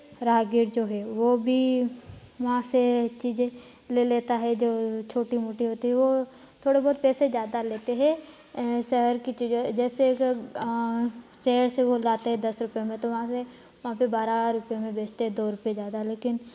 राहगीर जो है वो भी वहाँ से चीज़ें ले लेता है जो छोटी मोटी होती है वह थोड़े बहुत पैसे ज़्यादा लेते हैं शहर की चीज़ों जैसे शहर से वो लाते हैं दस रुपये में तो वहाँ से वहाँ पे बारह रुपये में बेचते हैं दो रुपये ज़्यादा लेकिन